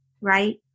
right